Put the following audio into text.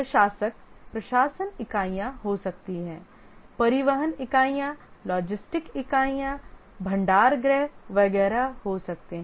प्रशासक प्रशासन इकाइयाँ हो सकती हैं परिवहन इकाइयाँ लॉजिस्टिक इकाइयाँ भंडारगृह वगैरह हो सकते हैं